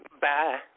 bye